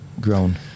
grown